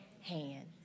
hand